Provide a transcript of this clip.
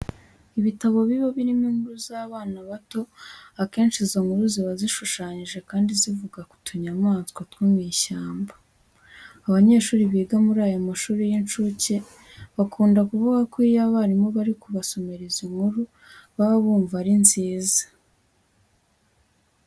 Ibitabo biba birimo inkuru z'abana bato, akenshi izo nkuru ziba zishushanyije kandi zivuga ku tunyamaswa two mu ishyamba. Abanyeshuri biga muri aya mashuri y'incuke bakunda kuvuga ko iyo abarimu bari kubasomera izi nkuru baba bumva ari nziza.